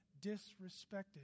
disrespected